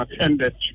attended